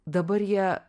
dabar jie